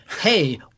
hey